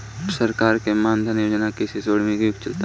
सरकार के मान धन योजना से कृषि के स्वर्णिम युग चलता